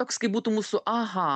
toks kaip būtų mūsų aha